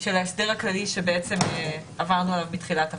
של ההסדר הכללי שבעצם עברנו עליו בתחילת החוק,